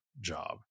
job